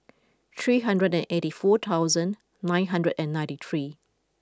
three hundred and eighty four thousand nine hundred and ninety three